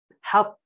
help